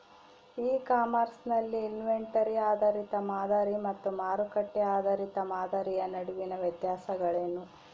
E commerce ನಲ್ಲಿ inventory ಆಧಾರಿತ ಮಾದರಿ ಮತ್ತು ಮಾರುಕಟ್ಟೆ ಆಧಾರಿತ ಮಾದರಿಯ ನಡುವಿನ ವ್ಯತ್ಯಾಸಗಳೇನು?